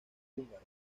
húngaro